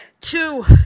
Two